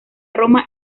roma